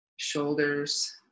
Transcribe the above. shoulders